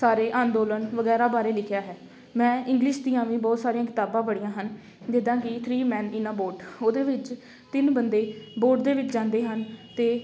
ਸਾਰੇ ਅੰਦੋਲਨ ਵਗੈਰਾ ਬਾਰੇ ਲਿਖਿਆ ਹੈ ਮੈਂ ਇੰਗਲਿਸ਼ ਦੀਆਂ ਵੀ ਬਹੁਤ ਸਾਰੀਆਂ ਕਿਤਾਬਾਂ ਪੜ੍ਹੀਆਂ ਹਨ ਜਿੱਦਾਂ ਕਿ three man in a boat ਉਹਦੇ ਵਿੱਚ ਤਿੰਨ ਬੰਦੇ ਬੋਟ ਦੇ ਵਿੱਚ ਜਾਂਦੇ ਹਨ ਅਤੇ